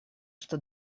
что